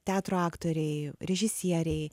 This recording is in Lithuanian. teatro aktoriai režisieriai